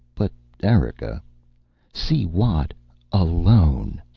but erika see watt alone,